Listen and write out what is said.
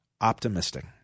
optimistic